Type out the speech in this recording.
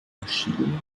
maschinen